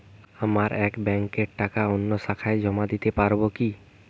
আমার এক ব্যাঙ্কের টাকা অন্য শাখায় জমা দিতে পারব কি?